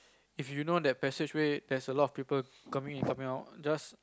if you know that passageway there's a lot of people coming in coming out just